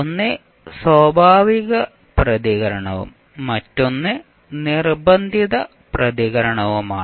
ഒന്ന് സ്വാഭാവിക പ്രതികരണവും മറ്റൊന്ന് നിർബന്ധിത പ്രതികരണവുമാണ്